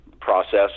process